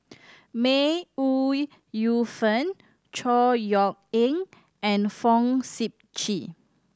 May Ooi Yu Fen Chor Yeok Eng and Fong Sip Chee